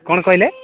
କ'ଣ କହିଲେ